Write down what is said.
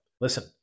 Listen